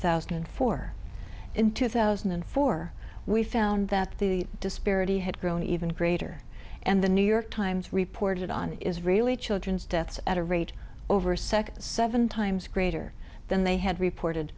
thousand and four in two thousand and four we found that the disparity had grown even greater and the new york times reported on israeli children's deaths at a rate over sex seven times greater than they had reported